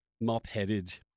mop-headed